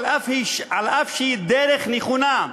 אף שהיא דרך נכונה,